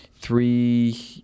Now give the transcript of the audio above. Three